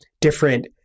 different